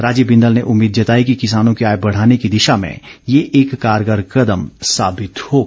राजीव बिंदल ने उम्मीद जताई कि किसानों की आय बढ़ाने की दिशा में ये एक कारगर कदम साबित होगा